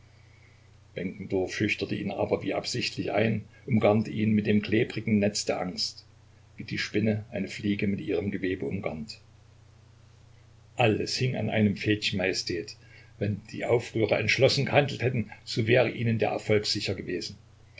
ihn aber wie absichtlich ein umgarnte ihn mit dem klebrigen netz der angst wie die spinne eine fliege mit ihrem gewebe umgarnt alles hing an einem fädchen majestät wenn die aufrührer entschlossen gehandelt hätten so wäre ihnen der erfolg sicher gewesen